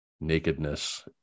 nakedness